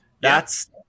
That's-